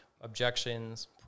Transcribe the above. objections